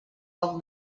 poc